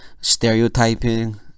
stereotyping